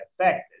affected